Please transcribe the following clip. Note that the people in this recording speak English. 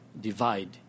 divide